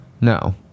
no